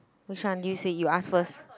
which one do you see you ask first